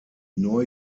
neu